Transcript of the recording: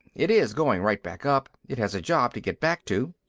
it is going right back up it has a job to get back to.